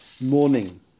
morning